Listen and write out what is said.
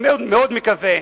אני מאוד מקווה,